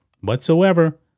whatsoever